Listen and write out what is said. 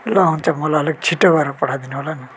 ल हुन्छ मलाई अलिक छिटो गरेर पठाइदिनु होला नि